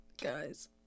guys